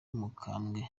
mukambwe